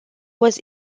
was